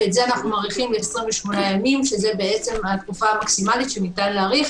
ואת זה אנחנו מאריכים ב-28 ימים שזו התקופה המקסימלית שניתן להאריך